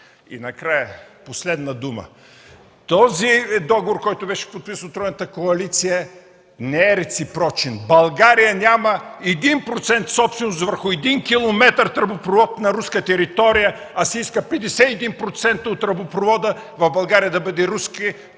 И накрая, последна дума – договорът, подписан от тройната коалиция, не е реципрочен. България няма 1% собственост върху един километър тръбопровод на руска територия, а се иска 51% от тръбопровода в България да бъде руски,